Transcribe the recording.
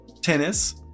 tennis